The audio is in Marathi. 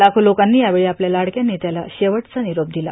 लाखो लोकांनी यावेळी आपल्या लाडक्या नेत्याला शेवटचा निरोप दिला